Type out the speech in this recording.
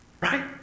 right